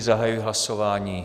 Zahajuji hlasování.